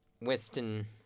Western